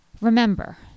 Remember